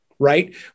right